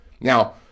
Now